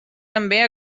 també